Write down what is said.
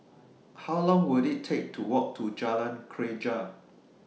How Long Will IT Take to Walk to Jalan Greja